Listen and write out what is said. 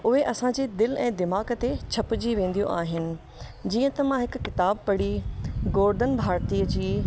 उहे असांजे दिलि ऐं दिमाग़ ते छपिजी वेंदियूं आहिनि जीअं त मां हिकु किताबु पढ़ी गोवर्धन भारतीअ जी किताबु